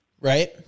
right